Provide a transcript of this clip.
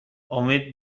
امید